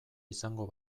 izango